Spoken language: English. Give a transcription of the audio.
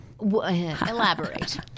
Elaborate